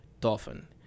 Dolphin